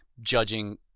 judging